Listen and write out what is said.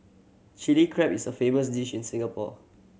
Chilli Crab is a famous dish in Singapore